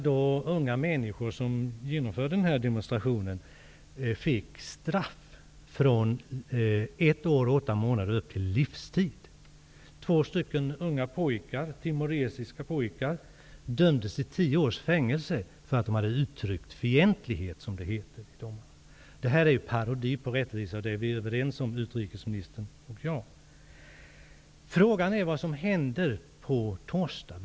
De unga människor som genomförde den här demonstrationen fick straff på från ett år och åtta månader och upp till livstid. Två unga timoresiska pojkar dömdes till tio års fängelse för att de hade uttryckt fientlighet, som det heter i domen. Detta är parodi på rättvisa, och det är vi överens om utrikesministern och jag. Frågan är vad som händer på torsdag.